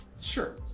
Sure